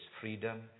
freedom